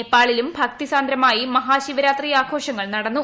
നേപ്പാളിലും ഭക്തി സാന്ദ്രമായി മഹാശിവരാത്രി ആഘോഷങ്ങൾ നടന്നു